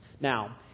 Now